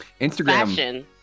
Instagram